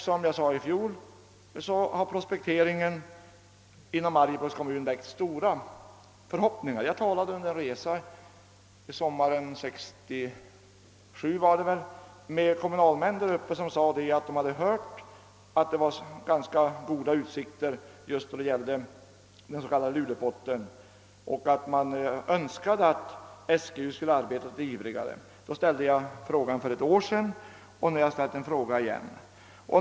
Som jag framhöll i fjol har prospekteringen inom Arjeplogs kommun väckt stora förhoppningar. Jag talade under en resa sommaren 1967 med kommunalmän där uppe, som sade att de hade hört att det fanns goda utsikter när det gällde den s.k. Lulepotten och att man önskade att SGU skulle arbeta ivrigare. Jag ställde en fråga härom för ett år sedan, och jag har nu upprepat den.